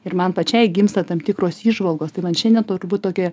ir man pačiai gimsta tam tikros įžvalgos tai man šiandien turbūt tokia